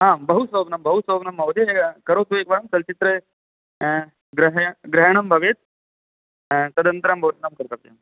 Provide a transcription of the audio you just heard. आम् बहुशोभनं बहुसोभनं महोदय करोतु एकवारं चलच्चित्रं ग्रह ग्रहणं भवेत् तदनन्तरं भोजनं कर्तव्यं